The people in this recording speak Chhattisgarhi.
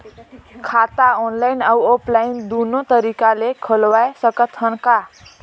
खाता ऑनलाइन अउ ऑफलाइन दुनो तरीका ले खोलवाय सकत हन का?